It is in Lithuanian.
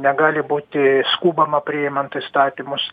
negali būti skubama priimant įstatymus